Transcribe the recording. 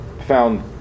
found